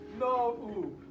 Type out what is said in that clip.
No